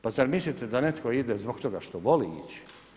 Pa zar mislite da netko ide zbog toga što voli ići?